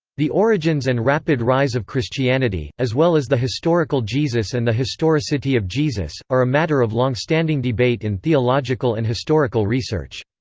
the origins and rapid rise of christianity, as well as the historical jesus and the historicity of jesus, are a matter of longstanding debate in theological and historical research.